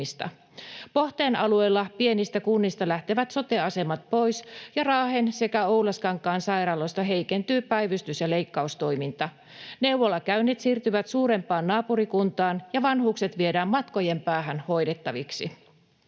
Pohteen alueella pienistä kunnista lähtevät sote-asemat pois ja Raahen sekä Oulaskankaan sairaaloista heikentyy päivystys- ja leikkaustoiminta. Neuvolakäynnit siirtyvät suurempaan naapurikuntaan, ja vanhukset viedään matkojen päähän hoidettaviksi.